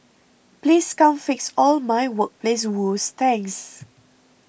please come fix all my workplace woes thanks